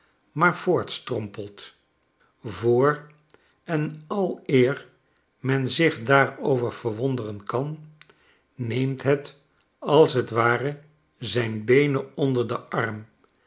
maar voortstrompelt voor en aleer men zich daarover verwonderen kan neemt het als t ware zijn beenen onder den arm